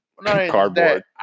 cardboard